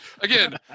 again